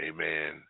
Amen